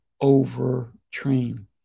over-train